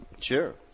Sure